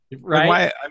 Right